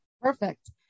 Perfect